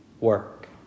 work